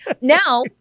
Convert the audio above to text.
now